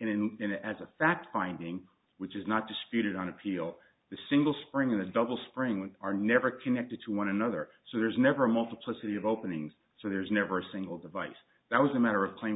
and in as a fact finding which is not disputed on appeal the single spring in the double spring with are never connected to one another so there's never a multiplicity of openings so there's never a single device that was a matter of claim